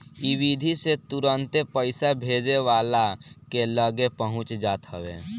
इ विधि से तुरंते पईसा भेजे वाला के लगे पहुंच जात हवे